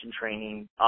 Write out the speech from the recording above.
training